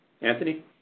Anthony